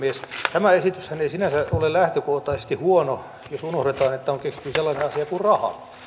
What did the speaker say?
tämä esityshän ei sinänsä ole lähtökohtaisesti huono jos unohdetaan että on keksitty sellainen asia kuin raha